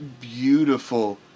beautiful